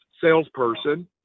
salesperson